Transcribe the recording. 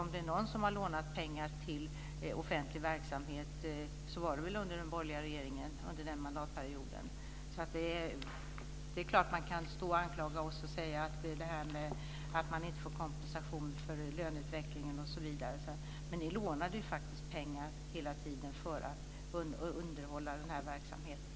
Om det är någon som har lånat pengar till offentlig verksamhet är det väl den borgerliga regeringen. Det är klart att man kan anklaga oss och prata om att man inte får kompensation för löneutveckling. Men ni lånade ju faktiskt pengar hela tiden för att underhålla den här verksamheten.